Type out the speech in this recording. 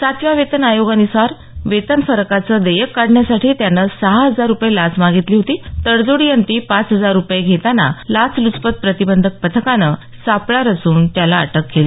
सातव्या वेतन आयोगान्सार वेतन फरकाचं देयक काढण्यासाठी त्यानं सहा हजार रुपये लाच मागितली होती तडजोडीअंती पाच हजार रुपये घेताना लाचलूपचत प्रतिबंधक पथकानं सापळा रचून त्यास अटक केली